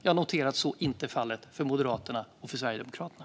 Jag noterar att så inte är fallet för Moderaterna och Sverigedemokraterna.